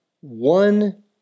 one